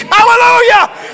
Hallelujah